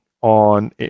on